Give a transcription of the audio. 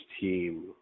team